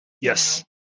Yes